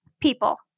people